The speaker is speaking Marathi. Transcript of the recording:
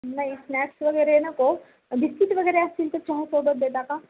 नाही स्नॅक्स वगैरे नको बिस्किट वगैरे असतील तर चहा सोबत देता का